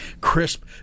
crisp